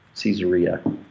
Caesarea